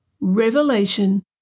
Revelation